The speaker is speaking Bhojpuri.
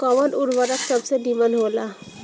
कवन उर्वरक सबसे नीमन होला?